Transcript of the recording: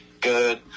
good –